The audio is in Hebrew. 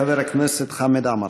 חבר הכנסת חמד עמאר.